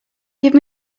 give